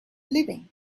living